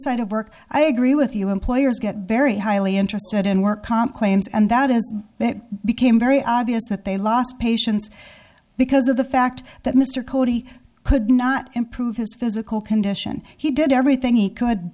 of work i agree with you employers get very highly interested in work comp claims and that has became very obvious that they lost patients because of the fact that mr cody could not improve his physical condition he did everything he could